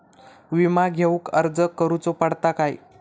विमा घेउक अर्ज करुचो पडता काय?